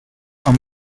amb